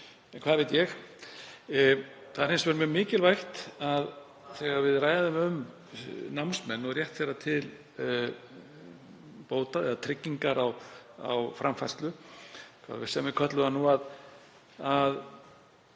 hvað veit ég? Það er hins vegar mjög mikilvægt þegar við ræðum um námsmenn og rétt þeirra til bóta eða tryggingar á framfærslu, hvað sem við köllum það